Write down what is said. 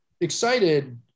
excited –